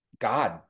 God